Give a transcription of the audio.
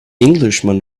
englishman